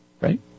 right